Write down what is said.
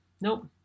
Nope